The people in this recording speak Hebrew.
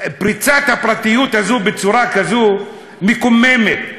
פריצת הפרטיות הזאת בצורה כזאת היא מקוממת.